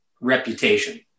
reputation